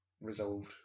resolved